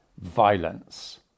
violence